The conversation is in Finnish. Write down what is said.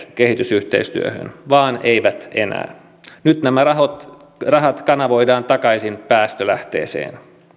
ohjautuneet kehitysyhteistyöhön vaan eivät enää nyt nämä rahat kanavoidaan takaisin päästölähteeseen